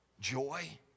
joy